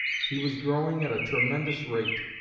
he was growing at a tremendous rate,